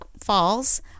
Falls